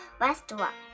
restaurant